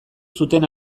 zuten